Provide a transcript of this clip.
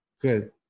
good